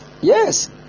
Yes